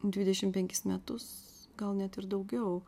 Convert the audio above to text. dvidešimt penkis metus gal net ir daugiau